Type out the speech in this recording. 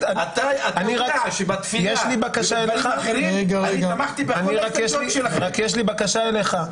--- אתה יודע שבתפילה --- רק יש לי בקשה אלייך,